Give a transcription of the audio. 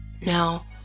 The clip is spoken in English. Now